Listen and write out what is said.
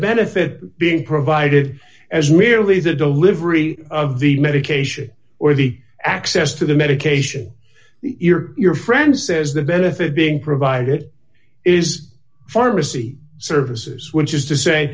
if it being provided as merely the delivery of the medication or the access to the medication your friend says the benefit being provided is pharmacy services which is to say